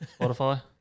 Spotify